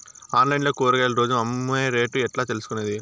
Online లో కూరగాయలు రోజు అమ్మే రేటు ఎట్లా తెలుసుకొనేది?